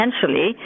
potentially